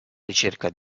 ricerca